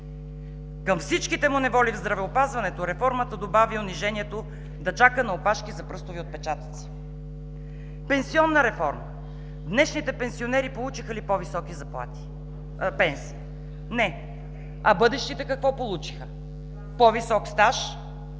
Към всичките му неволи в здравеопазването, реформата добави унижението да чака на опашки, за пръстови отпечатъци. Пенсионната реформа. Днешните пенсионери получиха ли по високи пенсии? Не. А бъдещите какво получиха? По-висок стаж,